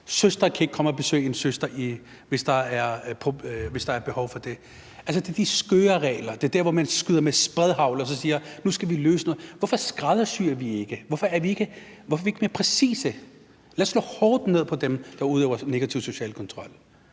søstre kan ikke komme og besøge en søster, hvis der er behov for det. Det er de skøre regler; det er der, hvor man skyder med spredehagl og så siger, at nu skal vi løse noget. Hvorfor skræddersyr vi det ikke, hvorfor er vi ikke mere præcise? Lad os slå hårdt ned på dem, der udøver negativ social kontrol,